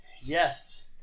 Yes